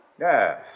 Yes